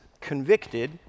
convicted